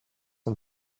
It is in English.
and